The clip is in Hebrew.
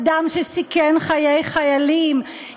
אדם שסיכן חיי חיילים,